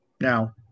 Now